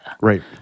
Right